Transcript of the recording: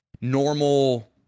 normal